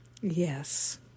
Yes